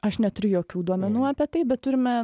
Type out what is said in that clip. aš neturiu jokių duomenų apie tai bet turime